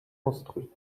construit